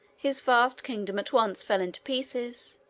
his vast kingdom at once fell into pieces,